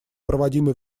проводимый